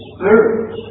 Spirit